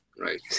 right